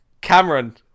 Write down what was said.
Cameron